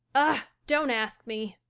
ah, don't ask me!